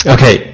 Okay